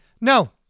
No